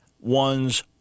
one's